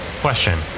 Question